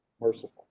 merciful